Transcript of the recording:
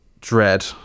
Dread